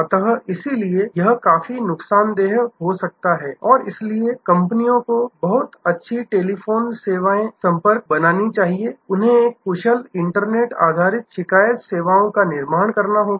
अतः इसलिए यह काफी नुकसानदेह हो सकता है और इसलिए कंपनियों को बहुत अच्छी टेलीफोन संपर्क सेवाएं बनानी चाहिए उन्हें एक कुशल इंटरनेट आधारित शिकायत सेवाओं का निर्माण करना होगा